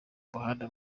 muhanda